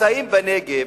שנמצאים בנגב,